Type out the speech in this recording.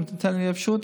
אם תיתן לי אפשרות,